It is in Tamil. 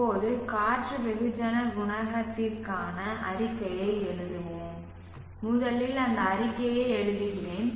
இப்போது காற்று வெகுஜன குணகத்திற்கான அறிக்கையை எழுதுவோம் முதலில் அந்த அறிக்கையை எழுதுகிறேன்